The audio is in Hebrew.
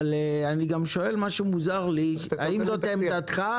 אבל אני גם שואל משהו מוזר לי, האם זאת עמדתך,